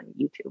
YouTube